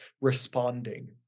responding